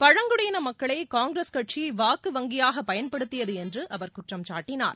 பழங்குடியின மக்களை காங்கிரஸ் கட்சி வாக்கு வங்கியாக பயன்படுத்தியது என்று அவர் குற்றம் சாட்டினார்